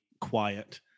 quiet